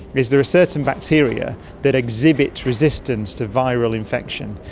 is there are certain bacteria that exhibit resistance to viral infection,